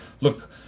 look